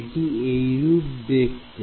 এটি এইরূপে দেখতে